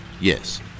Yes